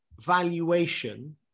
valuation